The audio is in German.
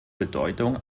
bedeutung